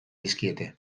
dizkiete